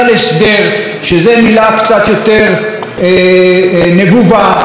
שזו מילה קצת יותר נבובה מהסכם,